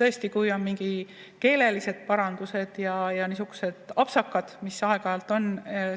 tõesti, kui on mingid keelelised parandused ja niisugused apsakad, mis aeg-ajalt on